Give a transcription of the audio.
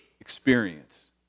experience